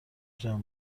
جمع